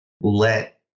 let